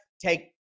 Take